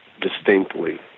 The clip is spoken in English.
distinctly